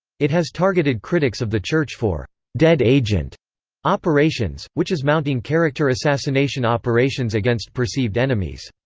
it has targeted critics of the church for dead agent operations, which is mounting character assassination operations against perceived enemies.